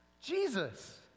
Jesus